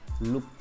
look